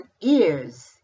ears